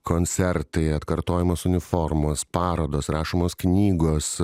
koncertai atkartojamos uniformos parodos rašomos knygos